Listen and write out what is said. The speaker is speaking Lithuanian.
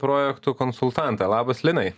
projektų konsultantą labas linai